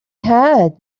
had